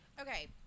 Okay